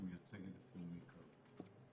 להמשיך להתחבר למה שאמרה חברתי שמייצגת את לאומי קארד.